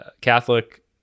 Catholic